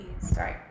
Sorry